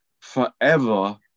forever